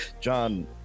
John